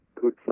good